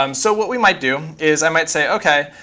um so what we might do is i might say, ok,